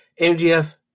MGF